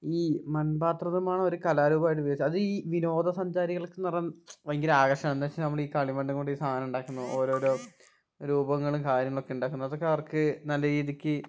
ഈ മൺപാത്ര നിർമ്മാണമാണ് ഒരു കലാരൂപമായിട്ട് ഉപയോഗിച്ചു അത് ഈ വിനോദസഞ്ചാരികൾക്ക് എന്ന പറയുക ഭയങ്കര ആകർഷണം എന്ന് വെച്ചാൽ നമ്മൾ ഈ കളിമണ്ണ് കൊണ്ട് ഈ സാധനം ഉണ്ടാക്കുന്നത് ഓരോരോ രൂപങ്ങളും കാര്യങ്ങളൊക്കെ ഉണ്ടാക്കുന്നത് അതൊക്കെ അവർക്ക് നല്ല രീതിക്ക്